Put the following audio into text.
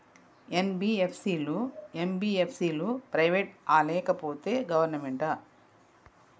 NBFC లు, MBFC లు private ఆ లేకపోతే గవర్నమెంటా?